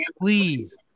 please